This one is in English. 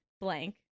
blank